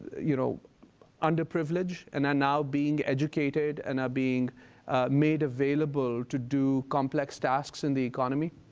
you know under-privilege, and are now being educated and are being made available to do complex tasks in the economy.